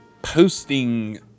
posting